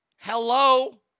Hello